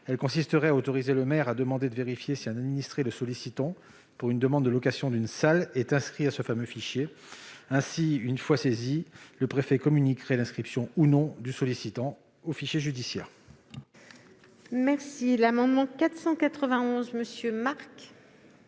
elle consisterait à autoriser le maire à demander au préfet de vérifier si un administré le sollicitant pour la location d'une salle est inscrit à ce fameux fichier. Une fois saisi, le préfet communiquerait l'inscription ou non du sollicitant au fichier judiciaire. L'amendement n° 491, présenté